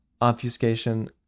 obfuscation